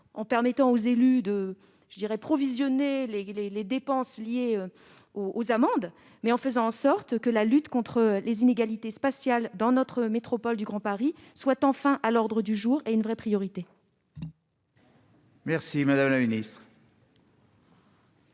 en permettant aux élus de provisionner les dépenses liées aux amendes, mais en faisant en sorte que la lutte contre les inégalités spatiales dans notre métropole du Grand Paris soit, enfin, à l'ordre du jour et une vraie priorité ? La parole est à Mme la ministre.